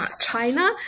China